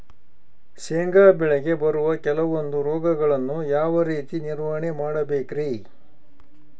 ಶೇಂಗಾ ಬೆಳೆಗೆ ಬರುವ ಕೆಲವೊಂದು ರೋಗಗಳನ್ನು ಯಾವ ರೇತಿ ನಿರ್ವಹಣೆ ಮಾಡಬೇಕ್ರಿ?